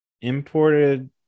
Imported